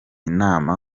nama